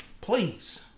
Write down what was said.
Please